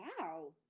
wow